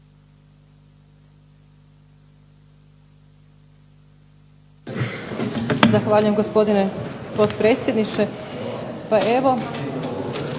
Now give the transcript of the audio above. Zahvaljujem gospodine potpredsjedniče. Pa evo